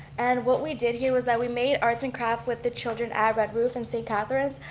and what we did here is that we made arts and craft with the children at red roof in saint catharines,